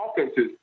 offenses